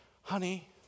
honey